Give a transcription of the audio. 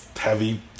heavy